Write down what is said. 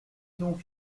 donc